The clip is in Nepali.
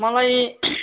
मलाई